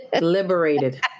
Liberated